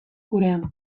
gurean